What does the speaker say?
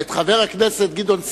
וחבר הכנסת גדעון סער,